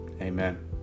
Amen